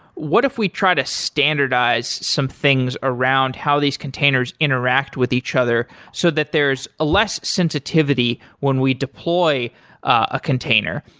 what if we try to standardize some things around how these containers interact with each other so that there's less sensitivity when we deploy a container?